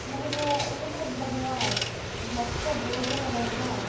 ನನಗೆ ವಿವಿಧ ಬಗೆಯಾ ಭಕ್ಷ ಭೋಜನಗಳನ್ನಾ